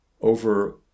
Over